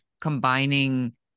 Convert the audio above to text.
combining